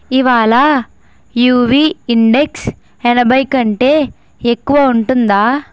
ఇవాళ UV index ఎనభైకంటే ఎక్కువ ఉంటుందా